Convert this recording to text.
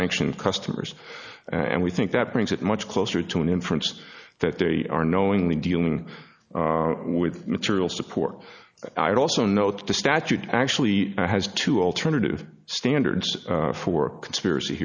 sanction customers and we think that brings it much closer to an inference that they are knowingly dealing with material support i also know that the statute actually has two alternative standards for conspiracy